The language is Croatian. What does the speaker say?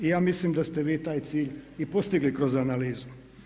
I ja mislim da ste vi taj cilj i postigli kroz analizu.